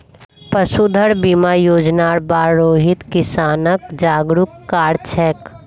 पशुधन बीमा योजनार बार रोहित किसानक जागरूक कर छेक